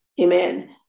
Amen